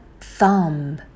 thumb